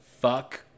fuck